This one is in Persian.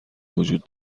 وجود